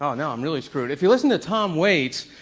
oh, now i'm really screwed, if you listen to tom waits,